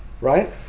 right